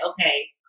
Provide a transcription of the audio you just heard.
okay